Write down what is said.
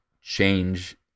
change